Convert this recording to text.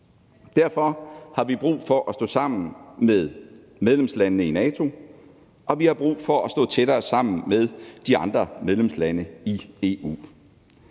Derfor har vi brug for at stå sammen med medlemslandene i NATO, og vi har brug for at stå tættere sammen med de andre medlemslande i EU.